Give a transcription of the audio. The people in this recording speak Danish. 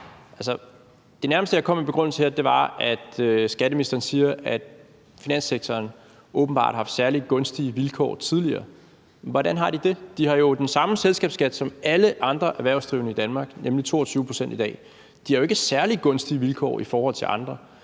det nærmeste, jeg kan komme en begrundelse her, er det, skatteministeren siger om, at finanssektoren åbenbart har haft særligt gunstige vilkår tidligere. Hvordan har de det? De har jo den samme selskabsskat i dag, som alle andre erhvervsdrivende i Danmark, nemlig 22 pct. De har jo ikke særligt gunstige vilkår i forhold til andre.